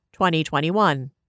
2021